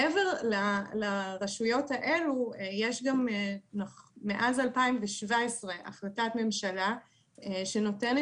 מעבר לרשויות האלה יש מאז 2017 החלטת משלה שנותנת